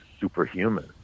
superhuman